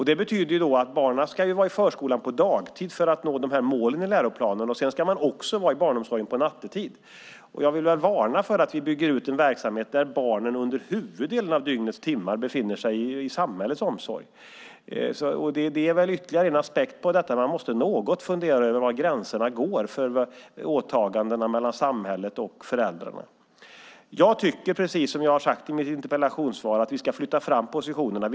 Det betyder att barnen ska vara i förskolan dagtid för att nå målen i läroplanen, sedan ska de också vara i barnomsorgen nattetid. Jag vill varna för att vi bygger ut en verksamhet där barnen under huvuddelen av dygnets timmar befinner sig i samhällets omsorg. Det är ytterligare en aspekt på detta. Man måste något fundera över var gränserna för åtagande går mellan samhället och föräldrarna. Som jag har sagt i interpellationssvaret tycker jag att vi ska flytta fram positionerna.